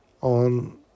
on